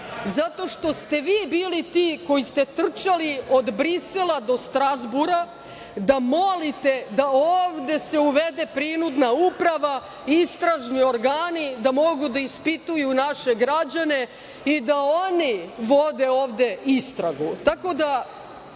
zato što ste vi bili ti koji ste trčali od Brisela do Strazbura da molite da ovde se uvede prinudna uprava, istražni organi da mogu da ispituju naše građane i da oni vode ovde istragu,